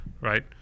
right